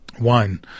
wine